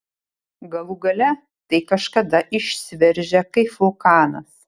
galų gale tai kažkada išsiveržia kaip vulkanas